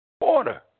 Order